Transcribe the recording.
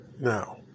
now